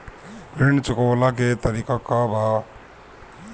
ऋण चुकव्ला के तरीका का बा?